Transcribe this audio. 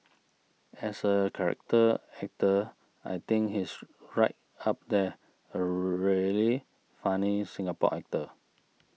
as a character actor I think he is right up there a really funny Singapore actor